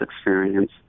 experience